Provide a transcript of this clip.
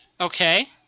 Okay